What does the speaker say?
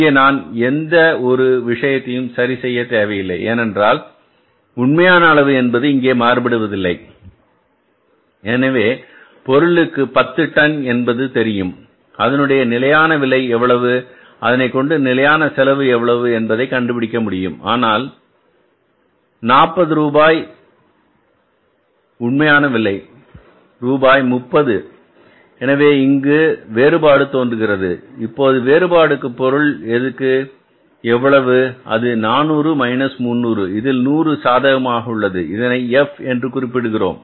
இங்கே நான் எந்த ஒரு விஷயத்தையும் சரி செய்ய தேவையில்லை ஏனென்றால் உண்மை அளவு என்பது இங்கே மாறுபடுவதில்லை எனவே பொருளிருக்கு 10 டன் என்பது தெரியும் அதனுடைய நிலையான விலை எவ்வளவு அதைக்கொண்டு நிலையான செலவு எவ்வளவு என்பதை கணக்கிட முடியும் ரூபாய் 40 ஆனால் உண்மை விலை ரூபாய் 30 எனவே இங்கு வேறுபாடு தோன்றுகிறது இப்போது வேறுபாடு பொருள் எதுக்கு எவ்வளவு அது 400 300 இதில் 100 சாதகமாக உள்ளது இதனை F என்று குறிப்பிடுகிறோம்